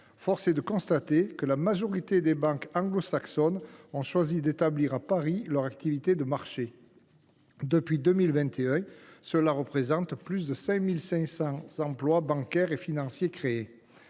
Force est de constater que la majorité des banques anglo saxonnes ont choisi d’établir leurs activités de marché à Paris. Depuis 2021, cela représente plus de 5 500 emplois bancaires et financiers.